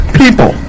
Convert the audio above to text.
people